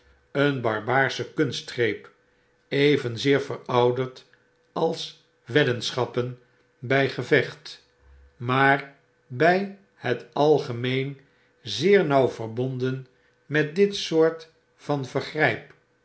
een barbaarsche kunstgreep evenzeer verouderd als weddenschappen bij gevecht maar by het algemeen zeer nauw verbonden met dit soort van vergryp